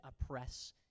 oppress